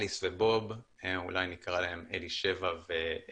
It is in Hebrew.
אליס ובוב אולי נקרא להם אלישבע וברוך